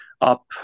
up